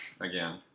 Again